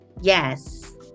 Yes